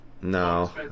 No